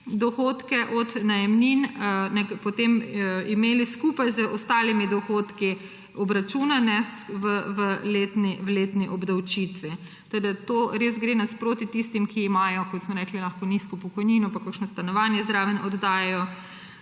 dohodke od najemnin potem imeli skupaj z ostalimi dohodki obračunane v letni obdavčitvi. To res gre nasproti tistim, ki imajo, kot smo rekli, nizko pokojnino, pa kakšno stanovanje zraven oddajajo.